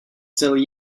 still